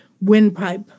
windpipe